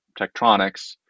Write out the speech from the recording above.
Tektronix